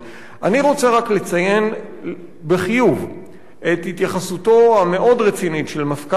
אני רוצה רק לציין בחיוב את התייחסותו המאוד-רצינית של מפכ"ל המשטרה.